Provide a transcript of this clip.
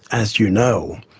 as you know,